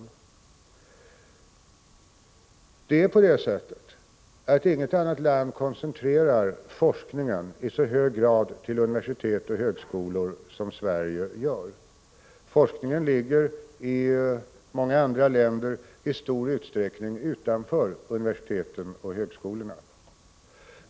Inget annat land koncentrerar forskningen i så hög grad till universitet och högskolor som Sverige gör. Forskningen ligger i många andra länder i stor utsträckning utanför universiteten och högskolorna.